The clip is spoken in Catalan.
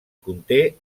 conté